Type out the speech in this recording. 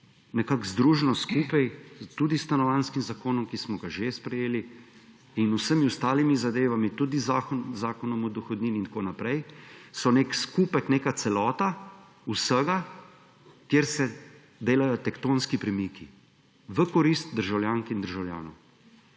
nekako združimo skupaj, tudi s Stanovanjskim zakonom, ki smo ga že sprejeli, in vsemi ostalimi zadevami, tudi z Zakonom o dohodnini in tako naprej, so nek skupek, neka celota vsega, kjer se delajo tektonski premiki v korist državljank in državljanov